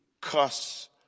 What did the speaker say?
cuss